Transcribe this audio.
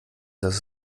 dass